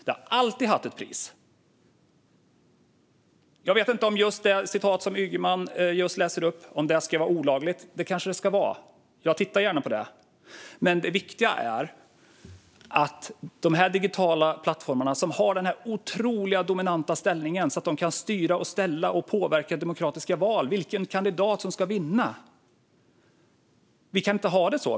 Den har alltid haft ett pris. Jag vet inte om det citat som Ygeman just läste upp ska vara olagligt. Det kanske det ska vara. Jag tittar gärna på det. Men det viktiga handlar om de digitala plattformar som har en så dominant ställning att de kan styra och ställa och påverka demokratiska val, vilken kandidat som ska vinna. Vi kan inte ha det så.